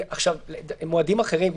לגבי מועדים אחרים,